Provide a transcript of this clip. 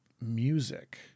music